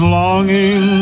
longing